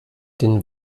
den